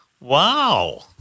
Wow